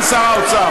אוקיי,